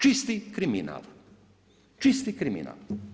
Čisti kriminal, čisti kriminal.